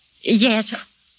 Yes